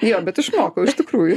jo bet išmokau iš tikrųjų